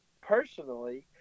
personally